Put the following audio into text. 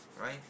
right